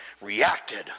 reacted